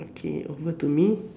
okay over to me